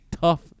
tough